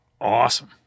awesome